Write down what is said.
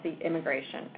immigration